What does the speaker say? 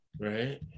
Right